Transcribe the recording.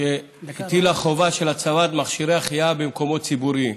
שהטילה חובה של הצבת מכשירי החייאה במקומות ציבוריים.